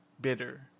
bitter